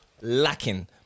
lacking